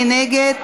מי נגד?